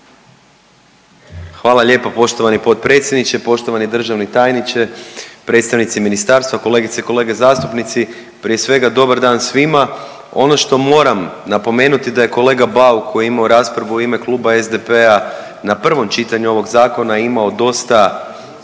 Hvala lijepo poštovani potpredsjedničke. Poštovani državni tajniče, predstavnici ministarstva, kolegice i kolege zastupnici, prije svega dobar dan svima. Ono što moram napomenuti da je kolega Bauk koji je imao raspravu u ime Kluba SDP-a na prvom čitanju ovog zakona imamo dosta